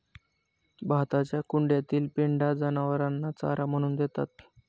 भाताच्या कुंड्यातील पेंढा जनावरांना चारा म्हणून देतात